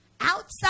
Outside